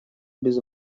без